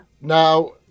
Now